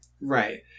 Right